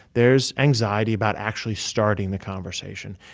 there's anxiety about actually starting the conversation,